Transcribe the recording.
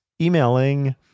emailing